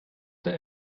der